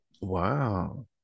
wow